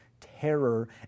terror